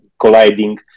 colliding